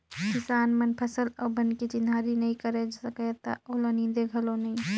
किसान मन फसल अउ बन के चिन्हारी नई कयर सकय त ओला नींदे घलो नई